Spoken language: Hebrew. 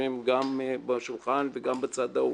שיושבים גם בשולחן וגם בצד ההוא.